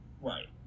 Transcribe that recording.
right